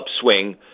upswing